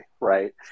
right